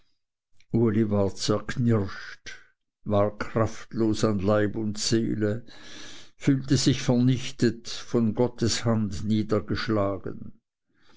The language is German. war kraftlos an leib und seele fühlte sich vernichtet von gottes hand niedergeschlagen